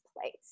place